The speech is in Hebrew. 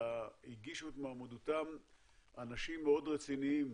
שהגישו את מועמדותם אנשים מאוד רציניים,